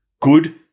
good